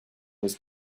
was